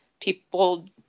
people